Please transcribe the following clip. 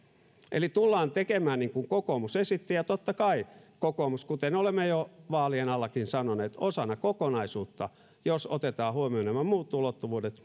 eli tullaan tekemään niin kuin kokoomus esitti ja totta kai kokoomus kuten olemme jo vaalien allakin sanoneet osana kokonaisuutta jos otetaan huomioon nämä muut ulottuvuudet